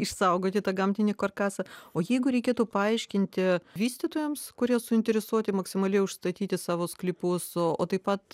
išsaugoti tą gamtinį karkasą o jeigu reikėtų paaiškinti vystytojams kurie suinteresuoti maksimaliai užstatyti savo sklypus o o taip pat